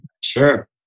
Sure